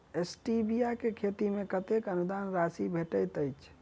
Stevia केँ खेती मे कतेक अनुदान राशि भेटैत अछि?